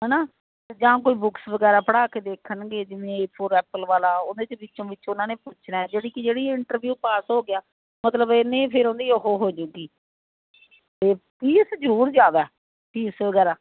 ਹਨਾ ਜਾਂ ਕੋਈ ਬੁਕਸ ਵਗੈਰਾ ਪੜ੍ਹਾ ਕੇ ਦੇਖਣਗੇ ਜਿਵੇਂ ਏ ਫੋਰ ਐਪਲ ਵਾਲਾ ਉਹਦੇ ਵਿੱਚੋਂ ਵਿੱਚ ਉਹਨਾਂ ਨੇ ਪੁੱਛਣਾ ਜਿਹੜੀ ਕੀ ਜਿਹੜੀ ਇੰਟਰਵਿਊ ਪਾਸ ਹੋ ਗਿਆ ਮਤਲਬ ਇਨੀ ਫਿਰ ਉਹਦੀ ਉਹ ਹੋਜੂਗੀ ਤੇ ਫੀਸ ਜਰੂਰ ਜਿਆਦਾ ਆ ਫੀਸ ਵੈਗਰਾ